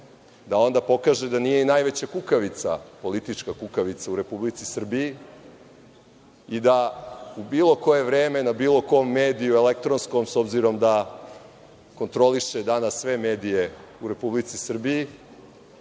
da onda pokaže da nije i najveća kukavica, politička kukavica, u Republici Srbiji i da u bilo koje vreme, na bilo kom mediju, elektronskom, s obzirom da kontroliše danas sve medije u Republici Srbiji,